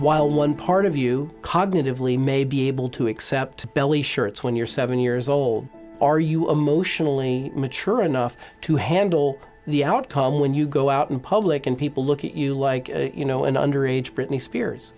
while one part of you cognitively may be able to accept belly shirts when you're seven years old are you emotionally mature enough to handle the outcome when you go out in public and people look at you like you know an underage britney spears